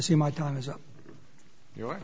see my time is up your